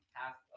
half